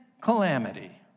calamity